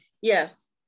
yes